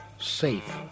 safe